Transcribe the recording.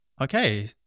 Okay